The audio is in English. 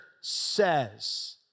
says